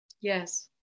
yes